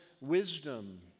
wisdom